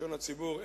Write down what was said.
בלשון הציבור,